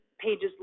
pages